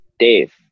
Dave